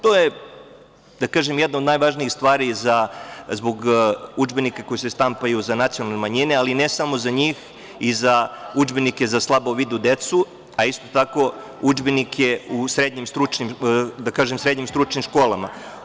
To je jedna od najvažnijih stvari zbog udžbenika koji ste štampaju za nacionalne manjine, ali ne samo za njih i za udžbenike za slabovidu decu, a isto tako udžbenike u srednjim stručnim školama.